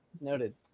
noted